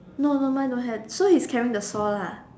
no no mine don't have so he is carrying the saw lah